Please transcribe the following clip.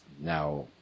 Now